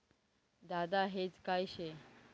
दादा हेज काय शे?